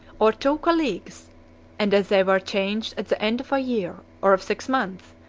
or two colleagues and as they were changed at the end of a year, or of six months,